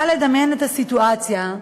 קל לדמיין את הסיטואציה,